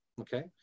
Okay